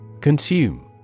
Consume